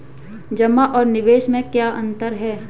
जमा और निवेश में क्या अंतर है?